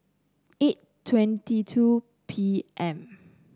eight twenty two P M